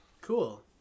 Cool